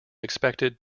expected